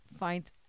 find